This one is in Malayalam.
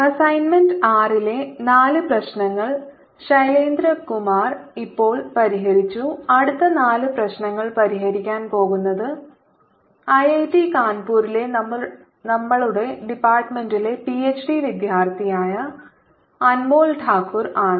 അസൈൻമെന്റ് 6 ന്റെ നാല് പ്രശ്നങ്ങൾ ശൈലേന്ദർ കുമാർ ഇപ്പോൾ പരിഹരിച്ചു അടുത്ത നാല് പ്രശ്നങ്ങൾ പരിഹരിക്കാൻ പോകുന്നത് ഐഐടി കാൻപൂരിലെ നമ്മളുടെ ഡിപ്പാർട്ട്മെന്റിലെ പിഎച്ച്ഡി വിദ്യാർത്ഥിയായ അൻമോൾ താക്കൂർ ആണ്